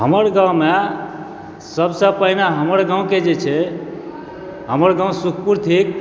हमर गाँवमे सभसँ पहिने हमर गाँवके जे छै हमर गाँव सुखपुर थिक